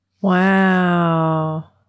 Wow